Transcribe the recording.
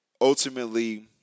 ultimately